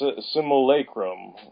simulacrum